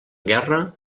guerra